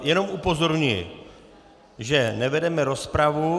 Jenom upozorňuji, že nevedeme rozpravu.